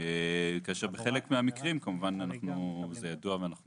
כאשר בחלק מהמקרים, כמובן זה ידוע ואנחנו